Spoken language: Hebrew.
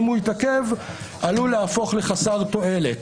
אם הוא יתעכב עלול להפוך לחסר תועלת.